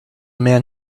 man